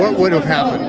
um would um have